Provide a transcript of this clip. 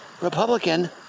Republican